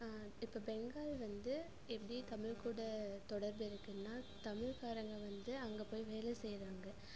இப்போ பெங்கால் வந்து எப்படி தமிழ் கூட தொடர்பு இருக்குதுன்னா தமிழ்காரங்க வந்து அங்கே போய் வேலை செய்கிறாங்க